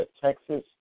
Texas